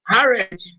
Harris